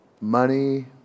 money